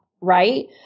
Right